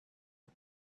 the